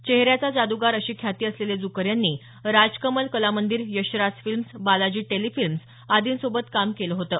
चेहऱ्याचा जाद्गार अशी ख्याती असलेले जुकर यांनी राजकमल कला मंदीर यशराज फिल्म्स बालाजी टेलिफिल्म आदींसोबत काम केलं होतं